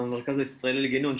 המרכז הישראלי לגינון,